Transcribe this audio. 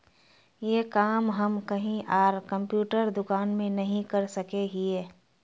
ये काम हम कहीं आर कंप्यूटर दुकान में नहीं कर सके हीये?